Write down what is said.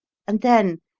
and then,